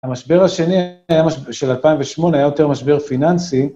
המשבר השני של 2008 היה יותר משבר פיננסי.